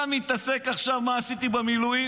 אתה מתעסק עכשיו עם מה שעשיתי במילואים,